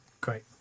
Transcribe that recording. great